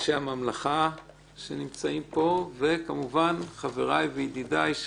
לחברי הממלכה שנמצאים פה וכמובן חבריי וידידיי,